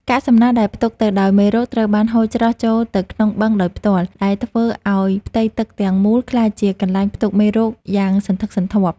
កាកសំណល់ដែលផ្ទុកទៅដោយមេរោគត្រូវបានហូរច្រោះចូលទៅក្នុងបឹងដោយផ្ទាល់ ដែលធ្វើឱ្យផ្ទៃទឹកទាំងមូលក្លាយជាកន្លែងផ្ទុកមេរោគយ៉ាងសន្ធឹកសន្ធាប់។